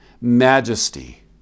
majesty